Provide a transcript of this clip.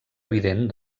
evident